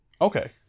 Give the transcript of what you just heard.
Okay